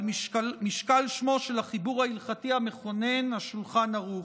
על משקל שמו של החיבור ההלכתי המכונן שולחן ערוך.